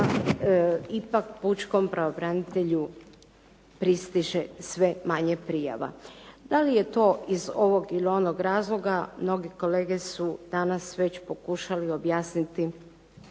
ipak pučkom pravobranitelju pristiže sve manje prijava. Da li je to iz ovog ili onog razloga mnogi kolege su danas već pokušali objasniti